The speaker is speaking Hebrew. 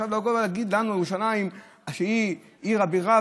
ועכשיו לבוא ולהגיד לנו שירושלים היא עיר הבירה,